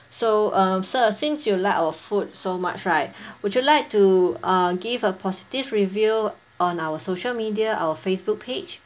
so um she since you like our food so much right would you like to uh give a positive review on our social media our Facebook page